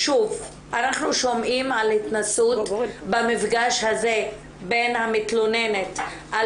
שומעים על התנסות במפגש הזה בין המתלוננת על